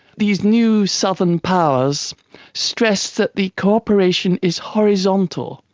these new sovereign powers stress that the corporation is horizontal,